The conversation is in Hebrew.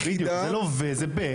ב-, ב-, זה לא ו- זה ב-.